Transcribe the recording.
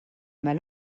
mal